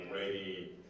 ready